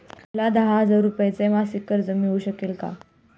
मला दहा हजार रुपये मासिक कर्ज मिळू शकेल का?